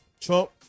Trump